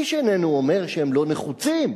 איש איננו אומר שהם לא נחוצים,